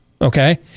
Okay